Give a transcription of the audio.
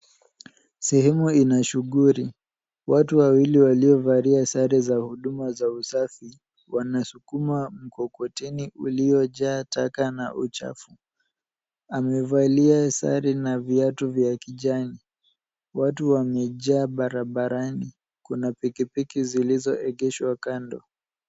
Sehemu ina shughuli. Watu wawili waliovalia sare za huduma za usafi wanasukuma mkokoteni uliojaa taka na uchafu. Amevalia sare na viatu vya kijani . Watu wamejaa barabarani. Kuna pikipiki zilizoegeshwa kando.